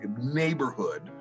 neighborhood